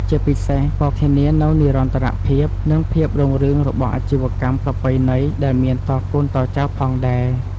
ជាពិសេស ក៏ធានានូវនិរន្តរភាព និងភាពរុងរឿងរបស់អាជីវកម្មប្រពៃណីដែលមានតកូនតចៅផងដែរ។